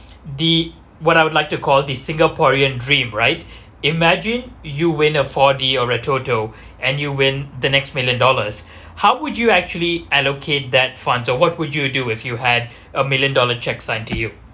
the what I would like to call the singaporean dream right imagine you win a four d or a toto and you win the next million dollars how would you actually allocate that funds or what would you do if you had a million dollar check signed to you